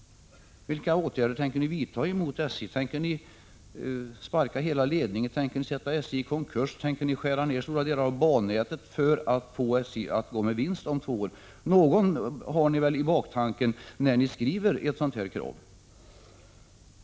Vilka åtgärder tänker centern vidta mot SJ? Tänker ni sparka hela ledningen, tänker ni sätta hela SJ i konkurs, eller tänker ni lägga ned stora delar av bannätet för att få SJ att gå med vinst om två år? Någon baktanke har ni väl när ni har skrivit ett sådant här krav?